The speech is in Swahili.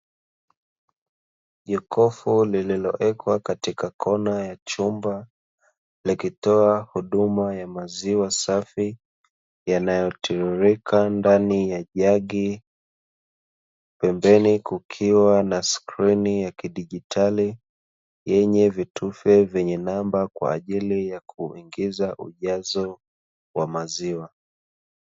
Jokofu lililoekwa katika kona ya chumba, likitoa huduma ya maziwa safi yanayotiririka ndani ya jagi, pembeni kukiwa na skrini ya kidigitali yenye vitufe vyenye Namba, kwa ajili ya kuingiza ujazo wa maziwa.